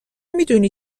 میدونی